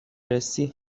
رسی